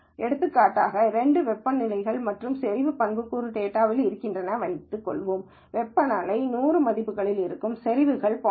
எடுத்துக்காட்டாக இரண்டு வெப்பநிலை மற்றும் செறிவு பண்புக்கூறு டேட்டாகள் இருக்கின்றன என்று வைத்துக் கொள்வோம் வெப்பநிலை 100 மதிப்புகளில் இருக்கும் செறிவுகள் 0